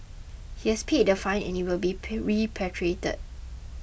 he has paid the fine and will be repatriated